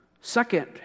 Second